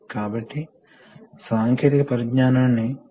కాబట్టి అది కొంత ఎనర్జీ ని ఆదా చేస్తుంది